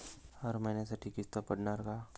हर महिन्यासाठी किस्त पडनार का?